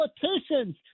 politicians